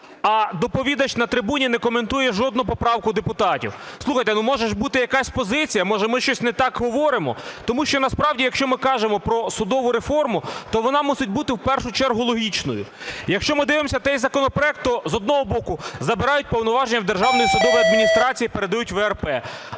а доповідач на трибуні не коментує жодну поправку депутатів? Слухайте, може ж бути якась позиція, може, ми щось не так говоримо? Тому що насправді, якщо ми кажемо про судову реформу, то вона мусить бути в першу чергу логічною. Якщо ми дивимося той законопроект, то, з одного боку, забирають повноваження у Державної судової адміністрації і передають у ВРП,